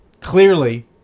Clearly